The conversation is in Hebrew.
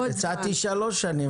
הצעתי שלוש שנים.